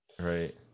right